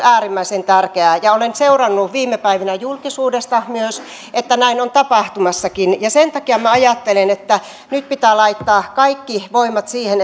äärimmäisen tärkeitä asioita olen seurannut viime päivinä julkisuudesta myös että näin on tapahtumassakin sen takia minä ajattelen että nyt pitää laittaa kaikki voimat siihen